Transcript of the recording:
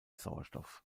sauerstoff